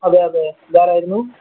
അതെയതെ ഇതാരായിരുന്നു